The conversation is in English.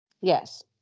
yes